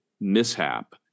mishap